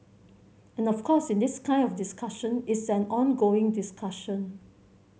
and of course in this kind of discussion it's an ongoing discussion